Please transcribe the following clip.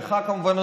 ולך כמובן,